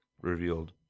revealed